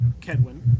Kedwin